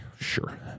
sure